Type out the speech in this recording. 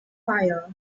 fire